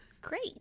Great